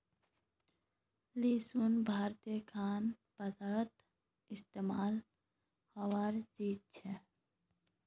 लहसुन भारतीय खान पानोत इस्तेमाल होबार चीज छे